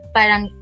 Parang